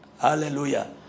Hallelujah